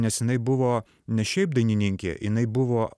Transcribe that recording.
nes jinai buvo ne šiaip dainininkė jinai buvo